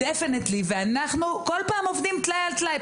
אנחנו כל פעם עובדים טלאי על טלאי,